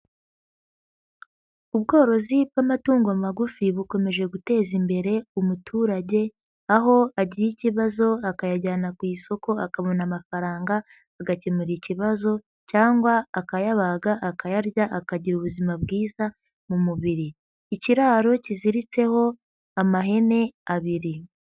Ubworozi bw'amatungo magufi, bukomeje guteza imbere umuturage, aho agira ikibazo akayajyana ku isoko, akabona amafaranga, agakemura ikibazo cyangwa akayabaga, akayarya akagira ubuzima bwiza mu mubiri. Ikiraro kiziritseho amahene abiri.